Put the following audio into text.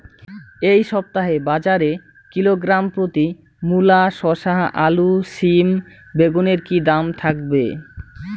এই সপ্তাহে বাজারে কিলোগ্রাম প্রতি মূলা শসা আলু সিম বেগুনের কী দাম থাকবে?